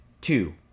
Two